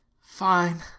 Fine